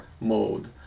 mode